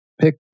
pick